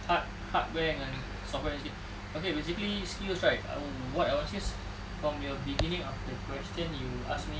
hard~ hardware dengan software punya skills okay basically skills right what I want skills from your beginning of the questions you ask me